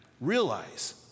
realize